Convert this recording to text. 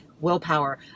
willpower